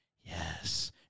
Yes